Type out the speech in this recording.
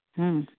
ᱦᱩᱸ